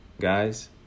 Guys